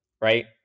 right